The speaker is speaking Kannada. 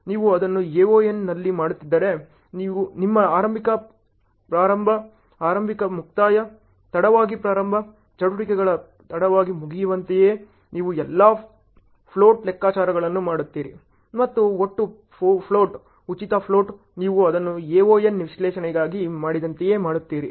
ನೀವು ಅದನ್ನು AoN ನಲ್ಲಿ ಮಾಡುತ್ತಿದ್ದರೆ ನಿಮ್ಮ ಆರಂಭಿಕ ಪ್ರಾರಂಭ ಆರಂಭಿಕ ಮುಕ್ತಾಯ ತಡವಾಗಿ ಪ್ರಾರಂಭ ಚಟುವಟಿಕೆಗಳ ತಡವಾಗಿ ಮುಗಿಯುವಂತೆಯೇ ನೀವು ಎಲ್ಲಾ ಫ್ಲೋಟ್ ಲೆಕ್ಕಾಚಾರಗಳನ್ನು ಮಾಡುತ್ತೀರಿ ಮತ್ತು ಒಟ್ಟು ಫ್ಲೋಟ್ ಉಚಿತ ಫ್ಲೋಟ್ ನೀವು ಇದನ್ನು AoN ವಿಶ್ಲೇಷಣೆಗಾಗಿ ಮಾಡಿದಂತೆಯೇ ಮಾಡುತ್ತೀರಿ